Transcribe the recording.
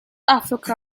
africa